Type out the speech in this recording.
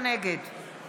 נגד